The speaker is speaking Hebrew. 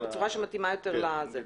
בצורה שמתאימה יותר לזה.